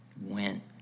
went